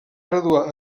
graduar